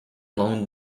along